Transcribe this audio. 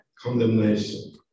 Condemnation